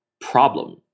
problem